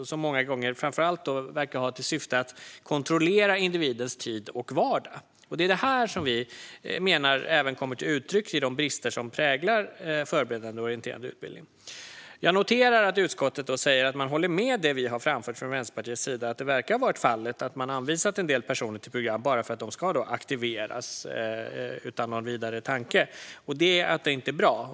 Många gånger tycks de framför allt ha till syfte att kontrollera individens tid och vardag. Det är detta som vi menar även kommer till uttryck i de brister som präglar Förberedande och orienterande utbildning. Jag noterar att utskottet håller med om det som vi från Vänsterpartiet har framfört, nämligen att man utan någon vidare tanke verkar ha anvisat en del personer till program bara för att de ska aktiveras och att det inte är bra.